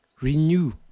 renew